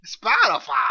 spotify